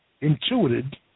intuited